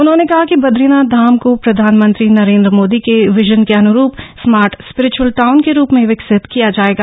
उन्होंने कहा कि बदरीनाथ धाम को प्रधानमंत्री नरेन्द्र मोदी के विजन के अनुरूप स्मार्ट स्पिरिचुअल टाउन के रूप में विकसित किया जाएगा